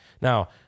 Now